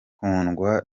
kundwa